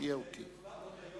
נצביע על זה